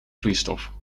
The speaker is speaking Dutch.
vloeistof